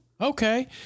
Okay